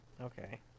Okay